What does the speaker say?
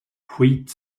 skit